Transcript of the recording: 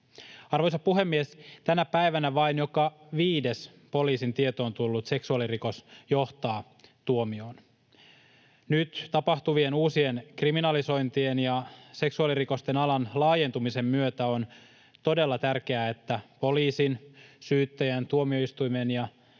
Arvoisa puhemies! Tänä päivänä vain joka viides poliisin tietoon tullut seksuaalirikos johtaa tuomioon. Nyt tapahtuvien uusien kriminalisointien ja seksuaalirikosten alan laajentumisen myötä on todella tärkeää, että poliisin, syyttäjän, tuomioistuimen ja